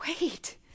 Wait